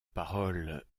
parole